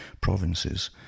provinces